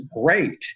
great